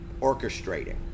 orchestrating